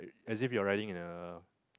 as if you are riding in a